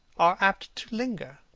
are apt to linger,